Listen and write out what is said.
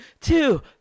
two